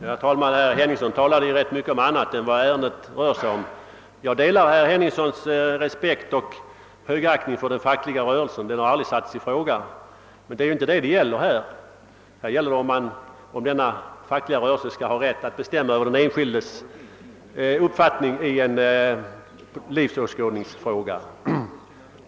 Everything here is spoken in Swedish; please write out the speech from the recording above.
Herr talman! Herr Henningsson talade om rätt mycket annat än vad detta ärende gäller. Jag delar herr Henningssons respekt och högaktning för den fackliga rörelsen, vilkens värde aldrig satts i fråga, men det är inte detta som det nu är fråga om. Det gäller i detta fall om den fackliga rörelsen skall ha rätt att bestämma över den enskildes uppfattning i en livsåskådningsfråga.